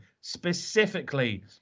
specifically